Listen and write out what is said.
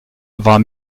war